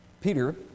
Peter